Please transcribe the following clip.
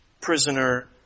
prisoner